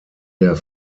der